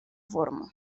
forma